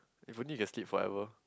if only you can sleep forever